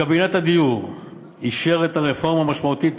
קבינט הדיור אישר את הרפורמה המשמעותית,